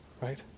right